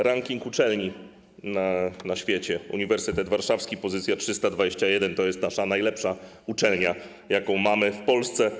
Ranking uczelni na świecie: Uniwersytet Warszawski - pozycja 321, to jest nasza najlepsza uczelnia, jaką mamy w Polsce.